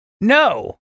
No